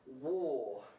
war